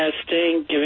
testing